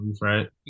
right